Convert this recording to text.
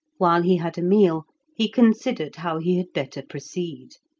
while he had a meal he considered how he had better proceed.